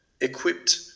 equipped